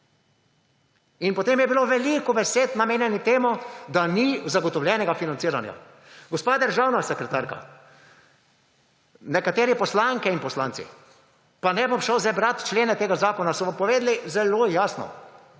In potem je bilo veliko besed namenjenih temu, da ni zagotovljenega financiranja. Gospa državna sekretarka, nekatere poslanke in poslanci, pa ne bom šel zdaj brati člene tega zakona, so vam povedali zelo jasno,